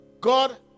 God